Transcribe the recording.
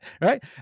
right